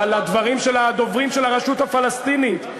לדברים של הדוברים של הרשות הפלסטינית.